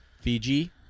Fiji